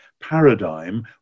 paradigm